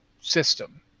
system